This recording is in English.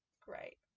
great